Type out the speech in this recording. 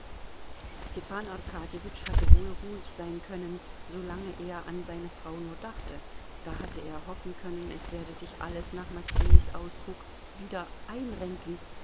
hatte wohl ruhig sein können solange er an seine frau nur dachte da hatte er hoffen können es werde sich alles nach matweis ausdruck wieder einrenken